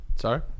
Sorry